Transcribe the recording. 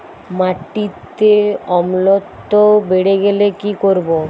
মাটিতে অম্লত্ব বেড়েগেলে কি করব?